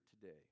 today